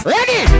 Ready